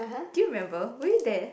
can you remember were you there